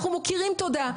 אנחנו מוקירים תודה.